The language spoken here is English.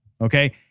okay